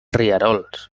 rierols